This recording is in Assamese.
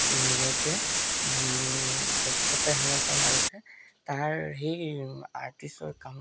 নিজকে দক্ষতাহীনতাৰ মাজতে তাৰ সেই আৰ্টিষ্টৰ কাম